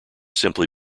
simply